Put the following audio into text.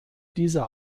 dieser